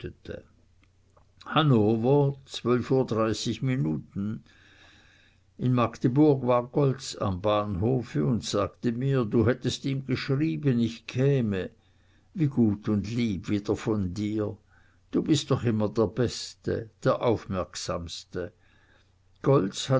hannover uhr minuten in magdeburg war goltz am bahnhofe und sagte mir du hättest ihm geschrieben ich käme wie gut und lieb wieder von dir du bist doch immer der beste der aufmerksamste